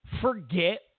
forget